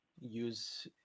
use